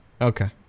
okay